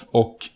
och